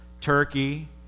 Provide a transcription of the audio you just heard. Turkey